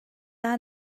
daha